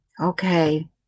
okay